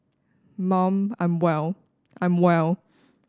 mum I'm well I'm well